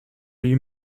lui